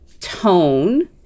tone